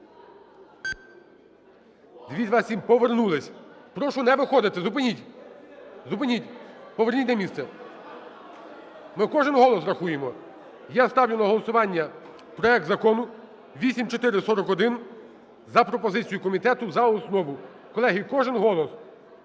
За-227 Повернулись. Прошу не виходити, зупиніть. Зупиніть, поверніть на місце, ми кожен голос рахуємо. Я ставлю на голосування проект Закону 8441 за пропозицією комітету за основу. Колеги, кожен голос.